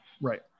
Right